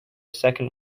second